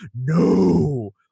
no